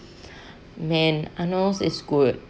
man arnold's is good